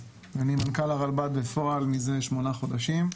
אני מנכ"ל הרלב"ד בפועל מזה שמונה חודשים.